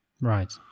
Right